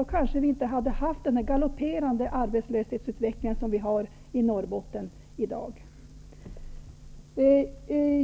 Då kanske vi i dag inte hade haft den galopperande arbetslöshetsutveckling som vi har i